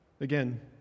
Again